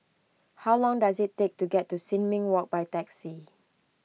how long does it take to get to Sin Ming Walk by taxi